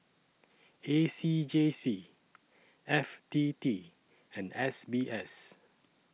A C J C F T T and S B S